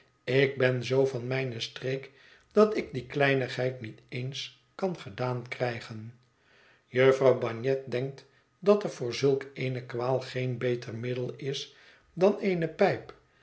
ik ben zoo van mijne streek dat ik die kleinigheid niet eens kan gedaan krijgen jufvrouw bagnet denkt dat er voor zulk eene kwaal geen beter middel is dan eene pijp